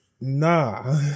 nah